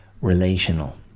relational